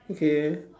okay